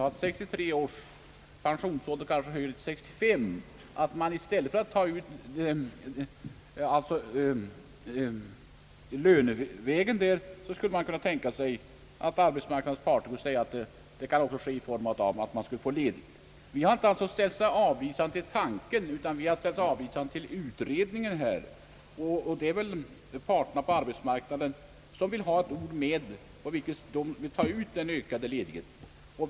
I stället för att ta ut kompensationen lönevägen, skulle man ju kunna tänka sig att det vore lämpligt att diskutera om inte kompensationen skulle kunna tagas ut i form av ledighet. Utskottet har inte ställt sig avvisande till tanken på en ledighet av det slag som förts på tal men har ställt sig avvisande till begäran om utredning. Enligt utskottets mening bör parterna på arbetsmarknaden få avgöra hur den önskade ledigheten skall tagas ut.